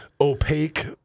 opaque